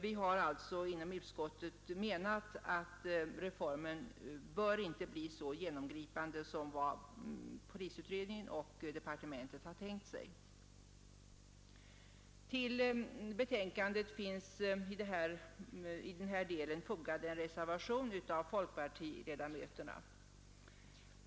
Vi har alltså inom utskottet menat att reformen inte bör bli så genomgripande som vad polisutredningen och departementet tänkt sig. Till betänkandet finns i denna del fogad en reservation av folkpartiledamöterna.